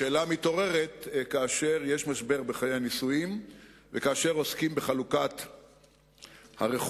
השאלה מתעוררת כאשר יש משבר בחיי הנישואים וכאשר עוסקים בחלוקת הרכוש,